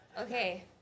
Okay